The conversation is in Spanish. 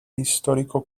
histórico